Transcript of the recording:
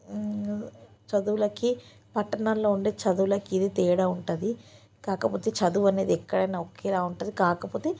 చదువులకి పట్టణాల్లో ఉండే చదువులకి ఇది తేడా ఉంటుంది కాకపోతే చదువు అనేది ఎక్కడైనా ఒకేలా ఉంటుంది కాకపోతే